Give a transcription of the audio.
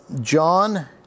John